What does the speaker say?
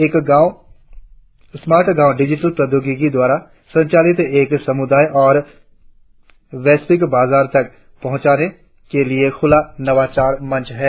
एक स्मार्ट गांव डिजिटल प्रौद्योगिकियों द्वारा संचालित एक समुदाय और वैश्विक बाजार तक पहुंचने के लिए खुला नवाचार मंच है